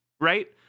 right